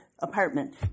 apartment